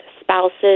spouses